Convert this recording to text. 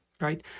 right